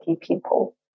people